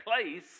place